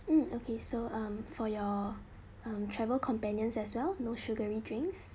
mm okay so um for your um travel companions as well no sugary drinks